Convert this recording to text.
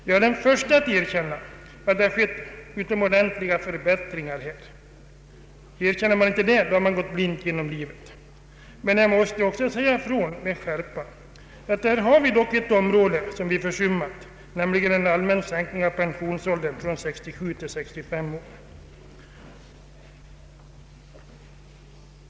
Jag är den förste att erkänna att det har skett utomordentliga förbättringar. Erkänner man inte det har man gått blind genom livet. Men jag måste också med skärpa säga ifrån att vi här har en sak som vi har försummat, nämligen en allmän sänkning av pensionsåldern från 67 till 65 år.